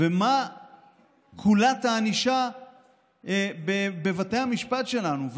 ומה קולת הענישה בבתי המשפט שלנו.